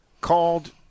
called –